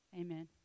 Amen